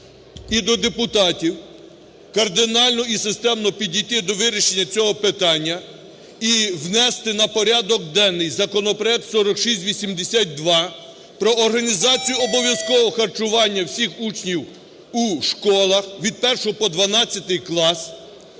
і до депутатів кардинально і системно підійти до вирішення цього питання і внести на порядок денний законопроект 4682 – про організацію обов'язкового харчування всіх учнів у школах від 1 по 12 клас